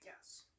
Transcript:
yes